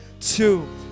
two